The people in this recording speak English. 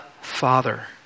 Father